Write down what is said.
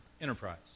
enterprise